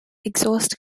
exhaust